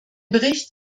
bericht